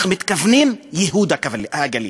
אנחנו מתכוונים לייהוד הגליל,